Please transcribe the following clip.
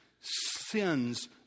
sins